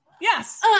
Yes